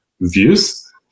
views